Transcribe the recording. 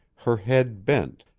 her head bent,